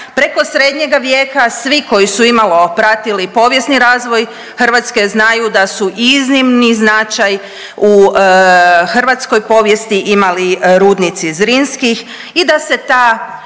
preko srednjega vijeka. Svi koji su imalo pratili povijesni razvoj Hrvatske znaju da su iznimni značaj u hrvatskoj povijesti imali rudnici Zrinskih i da se ta